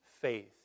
faith